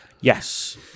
Yes